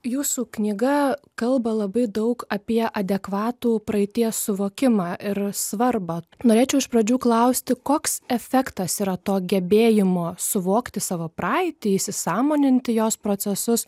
jūsų knyga kalba labai daug apie adekvatų praeities suvokimą ir svarbą norėčiau iš pradžių klausti koks efektas yra to gebėjimo suvokti savo praeitį įsisąmoninti jos procesus